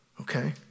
Okay